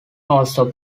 also